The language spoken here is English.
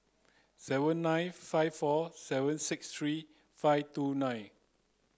seven nine five four seven six three five two nine